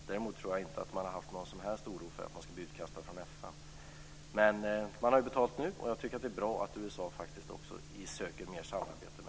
Däremot tror jag inte att man har känt någon som helst oro för att man ska bli utkastad från FN. Men man har ju betalat nu, och jag tycker att det är bra att USA också söker mer samarbete med FN.